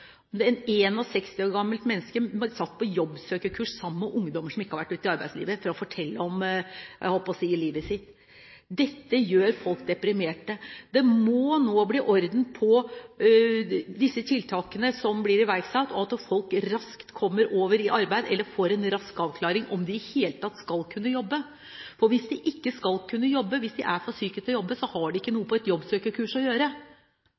gammelt menneske ble satt på jobbsøkerkurs sammen med ungdommer som ikke hadde vært ute i arbeidslivet, for å fortelle om – jeg holdt på å si – livet sitt. Dette gjør folk deprimert. Det må nå bli orden på de tiltakene som blir iverksatt, slik at folk raskt kommer i arbeid eller får en rask avklaring av hvorvidt de i det hele tatt skal kunne jobbe. Hvis de ikke skal kunne jobbe, hvis de er for syke til å jobbe, har de ikke noe på et jobbsøkerkurs å gjøre.